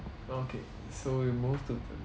okay so we move to the